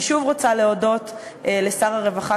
אני שוב רוצה להודות לשר הרווחה,